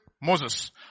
Moses